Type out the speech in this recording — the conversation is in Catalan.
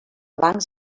bancs